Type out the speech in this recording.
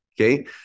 okay